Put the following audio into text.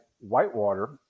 whitewater